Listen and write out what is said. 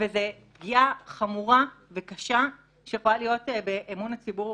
יכולה להיות פגיעה חמורה וקשה באמון הציבור